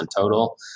total